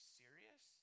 serious